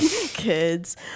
kids